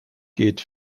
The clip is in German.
geht